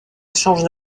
échanges